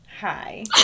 hi